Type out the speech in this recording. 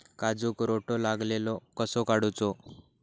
काजूक रोटो लागलेलो कसो काडूचो?